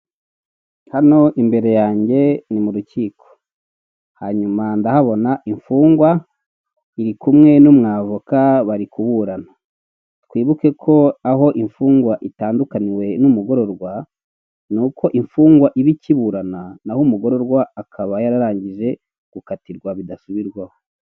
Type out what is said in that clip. Umuhanda w'igitaka iburyo bwawo n'ibumoso hari amazu agiye atandukanye. Ndahabona igipangu cy'amabara y'icyatsi ndetse iyo nzu isakaje amabati atukura. Hakurya y'umuhanda hari umukindo mwiza uri imbere y'igipangu cy'amatafari.